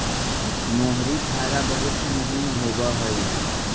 मोहरी धागा बहुत ही महीन होवऽ हई